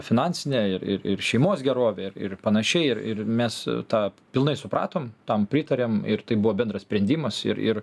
finansinę ir ir ir šeimos gerovę ir ir panašiai ir ir mes tą pilnai supratom tam pritarėm ir tai buvo bendras sprendimas ir ir